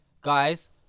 Guys